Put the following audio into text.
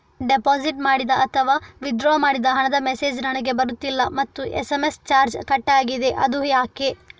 Deposit ಮಾಡಿದ ಅಥವಾ withdraw ಮಾಡಿದ ಹಣದ ಮೆಸೇಜ್ ನನಗೆ ಬರುತ್ತಿಲ್ಲ ಮತ್ತು ಎಸ್.ಎಂ.ಎಸ್ ಚಾರ್ಜ್ ಕಟ್ಟಾಗಿದೆ ಅದು ಯಾಕೆ?